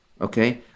Okay